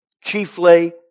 chiefly